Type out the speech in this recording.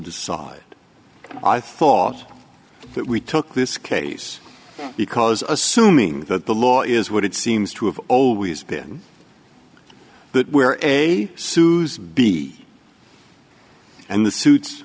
decide i thought that we took this case because assuming that the law is what it seems to have always been that where a susan b and the suits